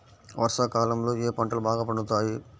వర్షాకాలంలో ఏ పంటలు బాగా పండుతాయి?